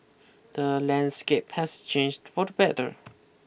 the landscape has changed for the better